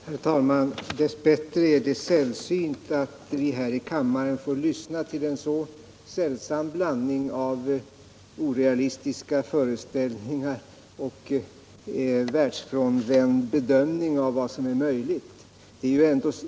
Herr talman! Dess bättre är det sällsynt att vi här i kammaren får lyssna till en sådan sällsam blandning av orealistiska föreställningar och världsfrånvänd bedömning av vad som är möjligt.